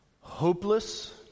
hopeless